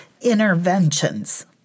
interventions